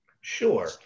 Sure